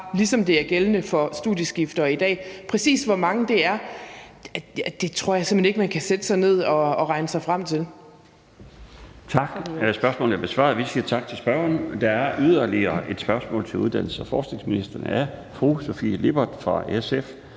ligesom det er gældende for studieskiftere i dag. Præcis hvor mange det er, tror jeg simpelt hen ikke man kan sætte sig ned og regne sig frem til. Kl. 13:52 Den fg. formand (Bjarne Laustsen): Spørgsmålet er besvaret, og vi siger tak til spørgeren. Der er yderligere et spørgsmål til uddannelses- og forskningsministeren af fru Sofie Lippert fra SF.